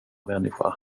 människa